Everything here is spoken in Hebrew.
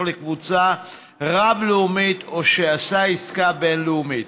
לקבוצה רב-לאומית או שעשה עסקה בין-לאומית.